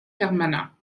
permanent